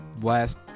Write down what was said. last